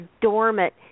dormant